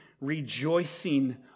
rejoicing